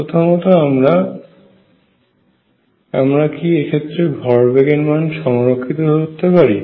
প্রথমত আমরা কি এক্ষেত্রে ভর বেগের মান সংরক্ষিত ধরতে পারি